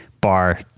bar